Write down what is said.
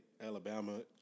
Alabama